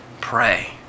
pray